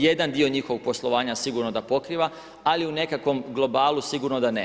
Jedan dio njihovog poslovanja sigurno da pokriva, ali u nekakvom globalu sigurno da ne.